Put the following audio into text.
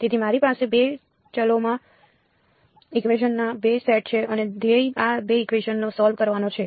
તેથી મારી પાસે 2 ચલોમાં ઇકવેશન ના 2 સેટ છે અને ધ્યેય આ 2 ઇકવેશન ને સોલ્વ કરવાનો છે